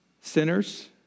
sinners